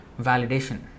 validation